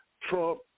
Trump